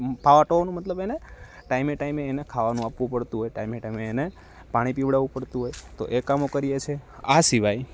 પાવા ટોવાનું મતલબ એને ટાઈમે ટાઈમે એને ખાવાનું આપવું પડતું હોય ટાઈમે ટાઈમે એને પાણી પીવડાવું પડતું હોય તો એ કામો કરીએ છીએ આ સિવાય